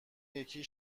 یکی